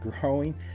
growing